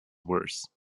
worse